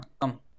Come